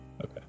Okay